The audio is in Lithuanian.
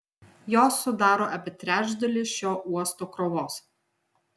jos sudaro apie trečdalį šio uosto krovos